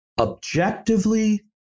objectively